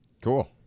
Cool